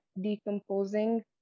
decomposing